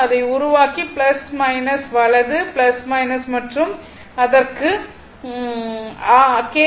எனவே இதை உருவாக்கி மற்றும் அதற்கு r கே